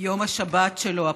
יום השבת שלו,